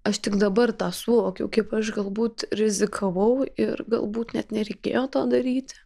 aš tik dabar tą suvokiau kaip aš galbūt rizikavau ir galbūt net nereikėjo to daryti